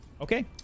Okay